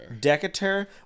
Decatur